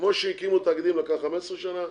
כמו שלהקים תאגידים לקח 15 שנה,